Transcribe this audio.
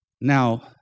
Now